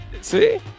See